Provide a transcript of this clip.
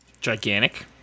Gigantic